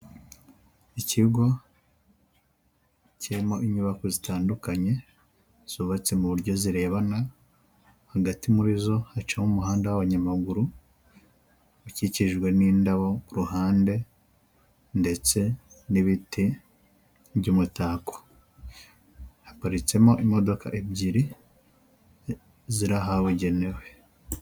Ikigo kirimo inyubako zitandukanye, zubatse mu buryo zirebana, hagati muri zo hacamo umuhanda w'abanyamaguru, ukikijwe n'indabo ku ruhande ndetse n'ibiti by'umutako, haparitsemo imodoka ebyiri, ziri ahabugenewe.